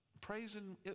praising